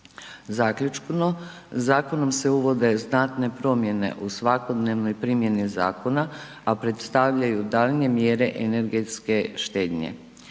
Zaključno, zakonom se uvode znatne promjene u svakodnevnoj primjeni zakona, a predstavljaju daljnje mjere energetske štednje.